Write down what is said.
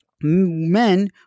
men